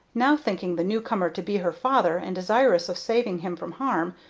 now, thinking the new-comer to be her father, and desirous of saving him from harm,